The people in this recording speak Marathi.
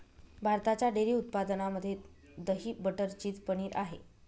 भारताच्या डेअरी उत्पादनामध्ये दही, बटर, चीज, पनीर आहे